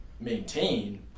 maintain